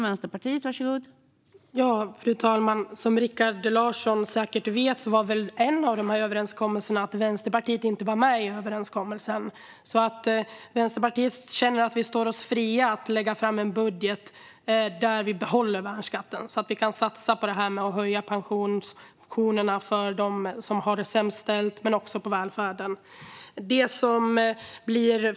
Fru talman! Som Rikard Larsson säkert vet innebar väl en del av överenskommelsen att Vänsterpartiet inte är med i den. Vänsterpartiet känner alltså att det står oss fritt att lägga fram en budget där vi behåller värnskatten, så att vi kan satsa på att höja pensionerna för dem som har det sämst ställt och på välfärden.